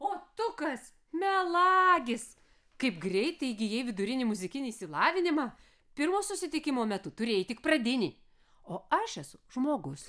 o tu kas melagis kaip greitai įgyjai vidurinį muzikinį išsilavinimą pirmo susitikimo metu turėjai tik pradinį o aš esu žmogus